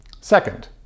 Second